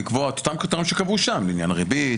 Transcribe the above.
לקבוע את אותם קריטריונים שקבעו שם לעניין הריבית.